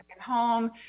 home